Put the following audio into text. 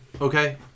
Okay